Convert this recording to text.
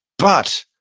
but,